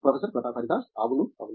professor Pratap Haridas అవును అవును